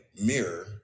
mirror